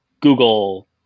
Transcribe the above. google